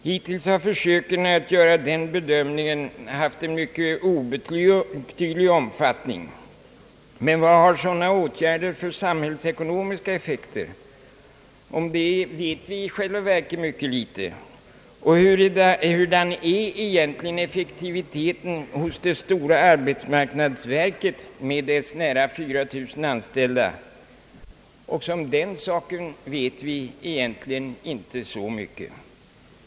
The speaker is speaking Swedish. Hittills har försöken att göra den bedömningen haft en mycket obetydlig omfattning. Vad har sådana åtgärder för samhällsekonomiska effekter? Om det vet vi i själva verket mycket litet. Och hurudan är egentligen effektiviteten hos det stora arbetsmarknadsverket med dess nära 4000 anställda? Också därom vet vi egentligen inte så mycket.